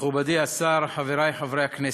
מכובדי השר, חבריי חברי הכנסת,